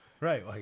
Right